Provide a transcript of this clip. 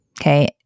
Okay